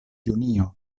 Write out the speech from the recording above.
junio